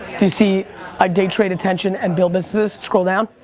you see i day trade attention and build businesses? scroll down.